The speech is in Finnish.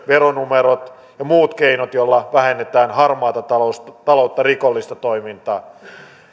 veronumerot ja muut keinot joilla vähennetään harmaata taloutta ja rikollista toimintaa